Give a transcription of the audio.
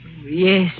Yes